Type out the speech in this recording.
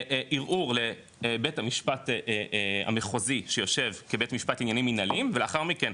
ערעור לבית המשפט המחוזי שיושב כבית משפט עניינים מנהליים ולאחר מכן,